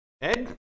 Ed